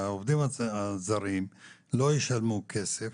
שהעובדים הזרים לא ישלמו כסף